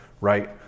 Right